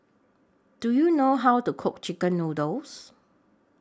Do YOU know How to Cook Chicken Noodles